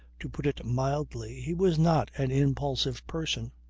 to put it mildly, he was not an impulsive person.